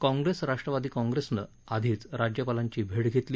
कॉप्रेस राष्ट्रवादी कॉप्रेसनं आधीच राज्यपालांची भेट घेतली